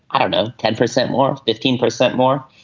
ah know ten percent or fifteen percent more.